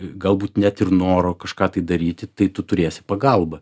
galbūt net ir noro kažką tai daryti tai tu turėsi pagalbą